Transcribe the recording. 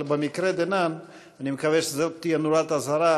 אבל במקרה דנן אני מקווה שזו תהיה נורת אזהרה,